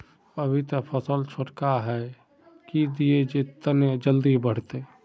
अभी ते फसल छोटका है की दिये जे तने जल्दी बढ़ते?